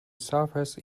suffers